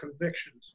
convictions